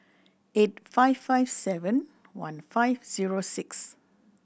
eight five five seven one five zero six